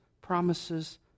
promises